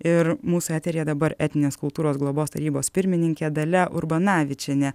ir mūsų eteryje dabar etninės kultūros globos tarybos pirmininkė dalia urbanavičienė